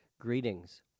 greetings